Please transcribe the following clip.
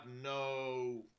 no